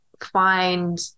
find